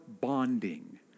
bonding